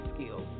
skills